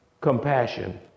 compassion